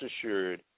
assured